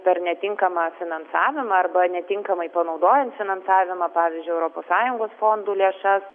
per netinkamą finansavimą arba netinkamai panaudojant finansavimą pavyzdžiui europos sąjungos fondų lėšas